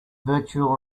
virtual